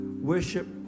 worship